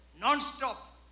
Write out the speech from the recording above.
Non-stop